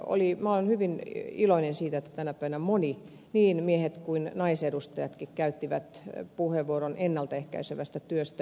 minä olin hyvin iloinen siitä että tänä päivänä moni niin mies kuin naisedustajakin käytti puheenvuoron ennalta ehkäisevästä työstä